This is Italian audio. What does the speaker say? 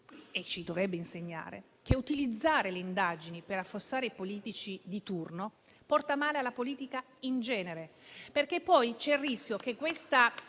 - e dovrebbe farlo - è che utilizzare le indagini per affossare i politici di turno porta male alla politica in genere. Poi c'è il rischio che questa